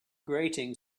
grating